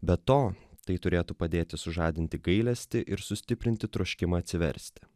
be to tai turėtų padėti sužadinti gailestį ir sustiprinti troškimą atsiversti